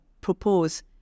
propose